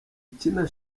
ikina